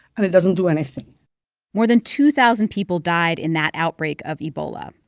and it doesn't do anything more than two thousand people died in that outbreak of ebola.